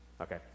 Okay